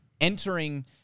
entering